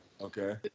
Okay